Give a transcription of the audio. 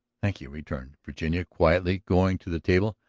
thank you, returned virginia quietly, going to the table.